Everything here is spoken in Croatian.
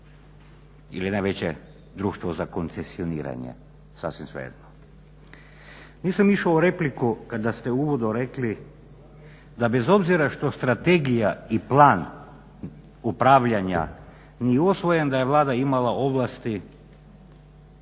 ili najveće društvo za koncesioniranje, sasvim svejedno. Nisam išao u repliku kada ste u uvodu rekli da bez obzira što strategija i plan upravljanja nije usvojen da je Vlada imala ovlasti